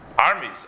armies